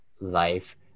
life